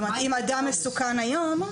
אם אדם מסוכן היום,